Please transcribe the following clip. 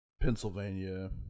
Pennsylvania